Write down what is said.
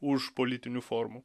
už politinių formų